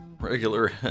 regular